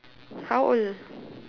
how old